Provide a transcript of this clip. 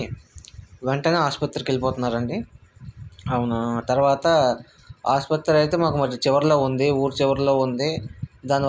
నేను దానితో కూరగాయలు కట్ చేస్తూ ఉండగా అవి తెగడం లేదు అలాగే ఒకసారి గట్టిగా ప్రయత్నిస్తే ఆ కత్తి రెండుగా విరిగిపోయింది